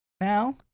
now